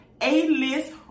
A-list